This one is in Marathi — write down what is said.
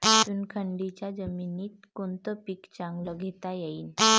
चुनखडीच्या जमीनीत कोनतं पीक चांगलं घेता येईन?